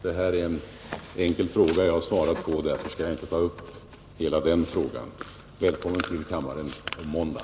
Det jag nu svarat på är en enkel fråga och därför skall jag inte ta upp hela den problematiken. Välkommen till kammaren på måndag!